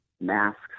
masks